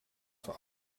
voor